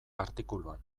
artikuluan